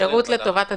שירות לטובת הציבור.